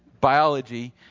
biology